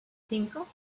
cinco